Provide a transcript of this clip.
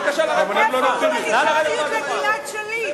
איפה ההומניטריות לגלעד שליט?